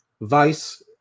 Vice